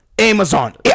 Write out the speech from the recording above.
amazon